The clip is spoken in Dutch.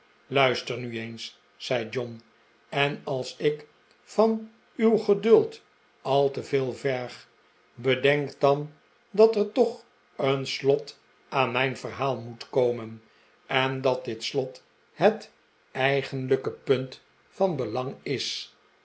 luister nu eens zei john en als ik van uw geduld al te veel verg bedenk dan dat er toch een slqt aan mijn verhaal moet komen en dat dit slot het eigenlijke punt van belang is